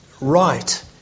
right